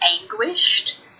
anguished